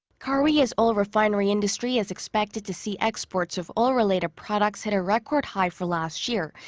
korea's oil refinery industry is expected to see exports of oil-related products hit a record high for last year.